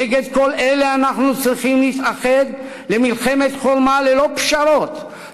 נגד כל אלה אנחנו צריכים להתאחד למלחמת חורמה ללא פשרות,